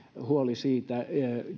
huoli siitä